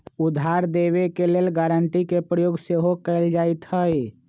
उधार देबऐ के लेल गराँटी के प्रयोग सेहो कएल जाइत हइ